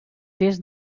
est